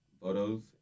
photos